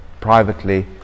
privately